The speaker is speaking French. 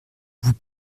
vous